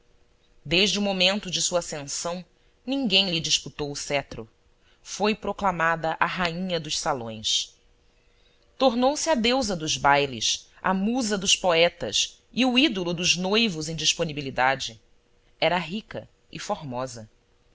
desde o momento de sua ascensão ninguém lhe disputou o cetro foi proclamada a rainha dos salões tornou-se a deusa dos bailes a musa dos poetas e o ídolo dos noivos em disponibilidade era rica e formosa